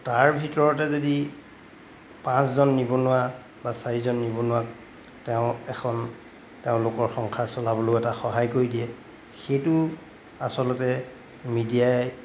তাৰ ভিতৰতে যদি পাঁচজন নিবনুৱা বা চাৰিজন নিবনুৱাক তেওঁ এখন তেওঁলোকৰ সংসাৰ চলাবলৈও এটা সহায় কৰি দিয়ে সেইটো আচলতে মিডিয়াই